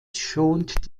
schont